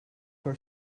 her